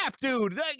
dude